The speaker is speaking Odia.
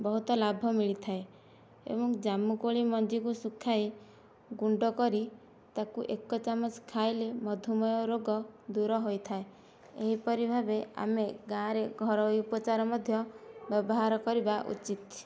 ବହୁତ ଲାଭ ମିଳିଥାଏ ଏବଂ ଜାମୁକୋଳି ମଞ୍ଜିକୁ ଶୁଖାଇ ଗୁଣ୍ଡ କରି ତାକୁ ଏକ ଚାମଚ ଖାଇଲେ ମଧୁମେହ ରୋଗ ଦୂର ହୋଇଥାଏ ଏହିପରି ଭାବେ ଆମେ ଗାଁରେ ଘରୋଇ ଉପଚାର ମଧ୍ୟ ବ୍ୟବହାର କରିବା ଉଚିତ୍